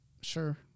Sure